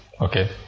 okay